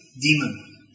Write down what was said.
demon